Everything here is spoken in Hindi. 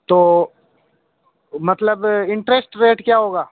तो मतलब इंट्रेस्ट रेट क्या होगा